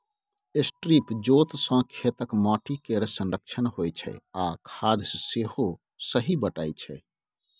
strip जोत सँ खेतक माटि केर संरक्षण होइ छै आ खाद सेहो सही बटाइ छै